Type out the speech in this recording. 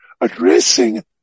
addressing